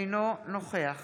אינו נוכח